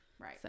right